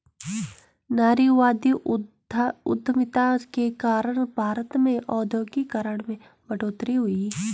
नारीवादी उधमिता के कारण भारत में औद्योगिकरण में बढ़ोतरी हुई